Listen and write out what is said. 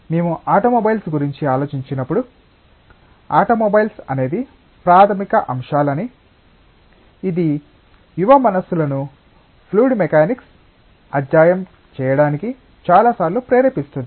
మేము ఆటోమొబైల్స్ గురించి ఆలోచించినప్పుడు ఆటోమొబైల్స్ అనేది ప్రాథమిక అంశాలని ఇది యువ మనస్సులను ఫ్లూయిడ్ మెకానిక్స్ అధ్యయనం చేయడానికి చాలాసార్లు ప్రేరేపిస్తుంది